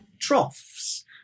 troughs